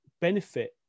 benefit